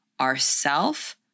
ourself